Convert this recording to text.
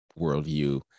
worldview